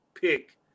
pick